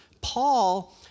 Paul